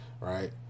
right